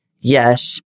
yes